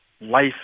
life